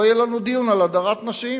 לא יהיה לנו דיון על הדרת נשים,